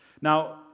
Now